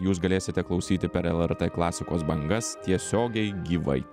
jūs galėsite klausyti per lrt klasikos bangas tiesiogiai gyvai